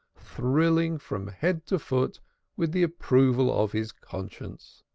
thrilling from head to foot with the approval of his conscience.